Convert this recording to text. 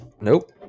Nope